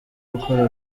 gukora